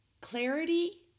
clarity